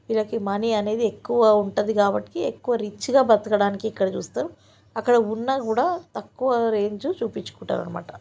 వీళ్ళకి మనీ అనేది ఎక్కువ ఉంటుంది కాబట్టి ఎక్కువ రిచ్గా బ్రతకడానికి ఇక్కడ చూస్తాము అక్కడ ఉన్నా కూడా తక్కువ రేంజ్ చూపించుకుంటారు అన్నమాట